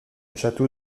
château